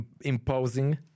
imposing